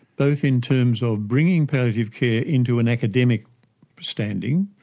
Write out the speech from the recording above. both in terms of bringing palliative care into an academic standing,